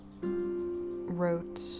wrote